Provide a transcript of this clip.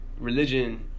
religion